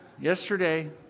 yesterday